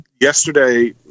yesterday